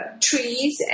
trees